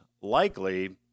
likely